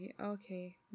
okay